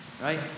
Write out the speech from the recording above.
Right